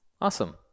Awesome